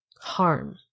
harm